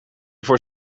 voor